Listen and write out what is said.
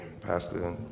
Pastor